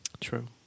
True